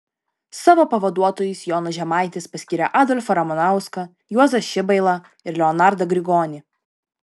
savo pavaduotojais jonas žemaitis paskyrė adolfą ramanauską juozą šibailą ir leonardą grigonį